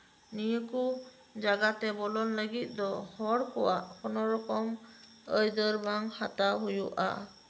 ᱱᱤᱭᱟᱹ ᱠᱚ ᱡᱟᱜᱟ ᱛᱮ ᱵᱚᱞᱚᱱ ᱞᱟᱹᱜᱤᱫ ᱫᱚ ᱦᱚᱲ ᱠᱚᱣᱟᱜ ᱠᱳᱱᱳ ᱨᱚᱠᱚᱢ ᱟᱹᱭᱫᱟᱹᱨ ᱵᱟᱝ ᱦᱟᱛᱟᱣ ᱦᱩᱭᱩᱜᱼᱟ